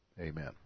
Amen